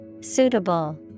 Suitable